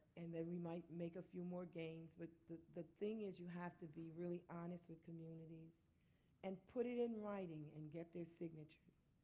and then we might make a few more games. but the the thing is you have to be really honest with them and put it in writing and get the signatures.